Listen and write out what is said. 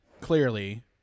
clearly